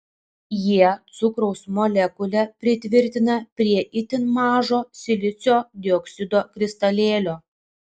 jie cukraus molekulę pritvirtina prie itin mažo silicio dioksido kristalėlio